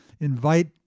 invite